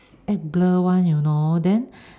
act blur one you know then